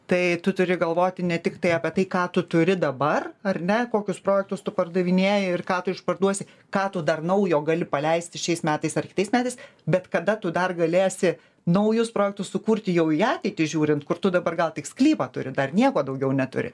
tai tu turi galvoti ne tiktai apie tai ką tu turi dabar ar ne kokius projektus tu pardavinėji ir ką tu išparduosi ką tu dar naujo gali paleisti šiais metais ar kitais metais bet kada tu dar galėsi naujus projektus sukurti jau į ateitį žiūrint kur tu dabar gal tik sklypą turi dar nieko daugiau neturi